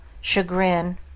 chagrin